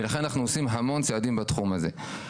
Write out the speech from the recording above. ולכן אנחנו עושים המון צעדים בתחום הזה.